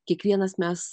kiekvienas mes